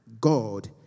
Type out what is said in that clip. God